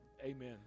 Amen